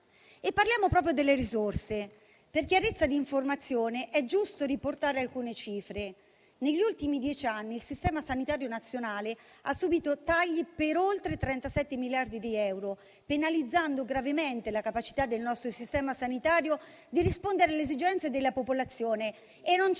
Parliamo proprio delle risorse. Per chiarezza di informazione, è giusto riportare alcune cifre. Negli ultimi dieci anni il sistema sanitario nazionale ha subito tagli per oltre 37 miliardi di euro, penalizzando gravemente la capacità del nostro sistema sanitario di rispondere alle esigenze della popolazione. E non c'era